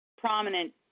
prominent